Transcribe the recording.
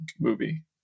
movie